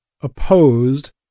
opposed